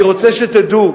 אני רוצה שתדעו,